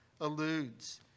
alludes